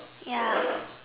ya